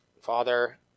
Father